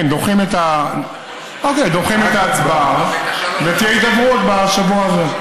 כן, דוחים את ההצבעה ותהיה הידברות בשבוע הזה.